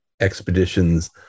expeditions